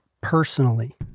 personally